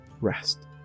rest